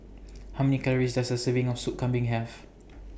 How Many Calories Does A Serving of Sup Kambing Have